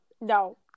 no